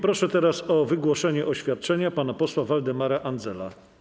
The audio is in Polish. Proszę teraz o wygłoszenie oświadczenia pana posła Waldemara Andzela.